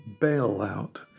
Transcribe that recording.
bailout